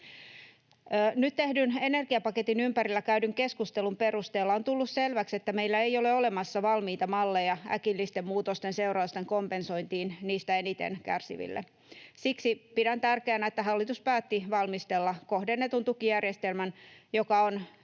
Nyt tehdyn energiapaketin ympärillä käydyn keskustelun perusteella on tullut selväksi, että meillä ei ole olemassa valmiita malleja äkillisten muutosten seurausten kompensointiin niistä eniten kärsiville. Siksi pidän tärkeänä, että hallitus päätti valmistella kohdennetun tukijärjestelmän, joka on